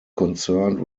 concerned